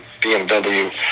BMW